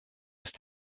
ist